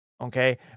okay